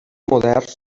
moderns